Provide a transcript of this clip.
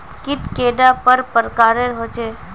कीट कैडा पर प्रकारेर होचे?